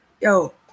yo